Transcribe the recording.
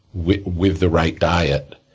with with the right diet,